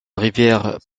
rivière